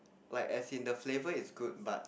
like as in the flavour is good but